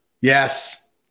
Yes